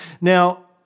Now